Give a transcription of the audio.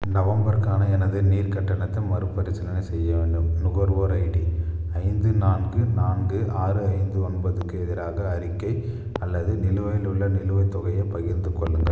நவம்பருக்கான எனது நீர் கட்டணத்த மறுபரிசீலனை செய்ய வேண்டும் நுகர்வோர் ஐடி ஐந்து நான்கு நான்கு ஆறு ஐந்து ஒன்பதுக்கு எதிராக அறிக்கை அல்லது நிலுவையில் உள்ள நிலுவைத் தொகையைப் பகிர்ந்துக் கொள்ளுங்கள்